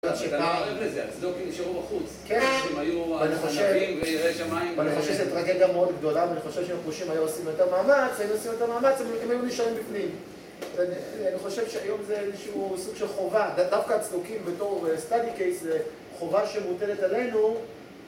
אני חושב שזה תרגדה מאוד גדולה, ואני חושב שהמפורשים היו עושים יותר מאמץ, היו עושים יותר מאמץ, אבל הם היו נשארים בפנים. אני חושב שהיום זה איזשהו סוג של חובה, דווקא הצדוקים בתור סטאדי קייס זה חובה שמוטלת עלינו.